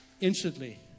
instantly